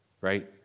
right